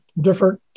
different